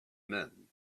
men